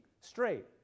straight